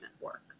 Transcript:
work